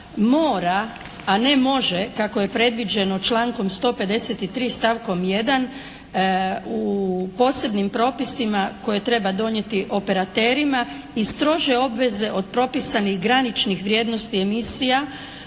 mora, a ne može kako je predviđeno člankom 153. stavkom 1. u posebnim propisima koje treba donijeti operaterima i strože obveze od propisanih graničnih vrijednosti emisija